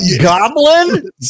goblin